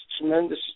tremendous